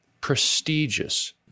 prestigious